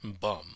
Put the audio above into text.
bum